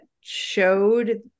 showed